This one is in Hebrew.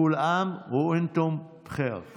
כול עאם ואנתום בח'יר.